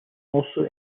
also